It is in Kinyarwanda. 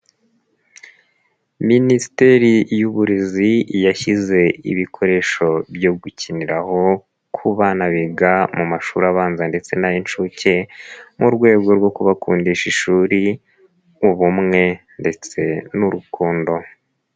Minisiteri y'uburezi yashyize ibikoresho byo gukiniraho ku bana biga mu mashuri abanza ndetse n'ay'inshuke mu rwego rwo kubakundisha ishuri, ubumwe ndetse n'urukundo.